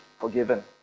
forgiven